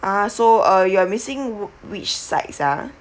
ah so uh you are missing which sides ah